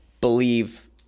believe